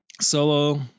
Solo